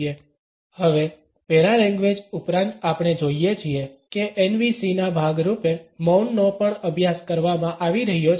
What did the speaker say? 1331 હવે પેરાલેંગ્વેજ ઉપરાંત આપણે જોઇએ છીએ કે એનવીસીના ભાગ રૂપે મૌનનો પણ અભ્યાસ કરવામાં આવી રહ્યો છે